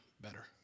better